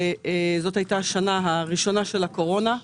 זאת הייתה השנה הראשונה של הקורונה,